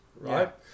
right